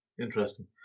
interesting